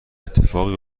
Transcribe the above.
اتفاقی